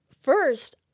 first